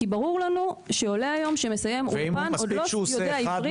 כי ברור לנו שעולה שמסיים אולפן עוד לא יודע עברית.